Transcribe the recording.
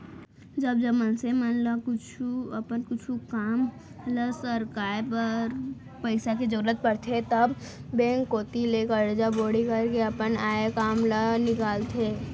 जब जब मनसे मन ल अपन कुछु काम ल सरकाय बर पइसा के जरुरत परथे तब बेंक कोती ले करजा बोड़ी करके अपन आय काम ल निकालथे